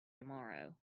tomorrow